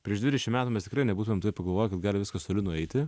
prieš dvidešim metų mes tikrai nebūtumėm taip pagalvoję gal gali viskas toli nueiti